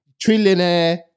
Trillionaire